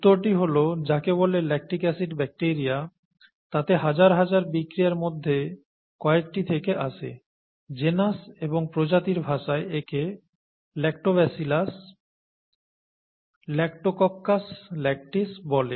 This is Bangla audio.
উত্তরটি হল যাকে বলে ল্যাকটিক অ্যাসিড ব্যাকটেরিয়া তাতে হাজার হাজার বিক্রিয়ার মধ্যে কয়েকটি থেকে আসে জেনাস এবং প্রজাতির ভাষায় একে Lactobacillus Lactococcus lactis বলে